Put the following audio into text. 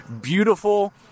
beautiful